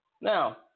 Now